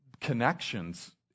connections